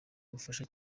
ubufasha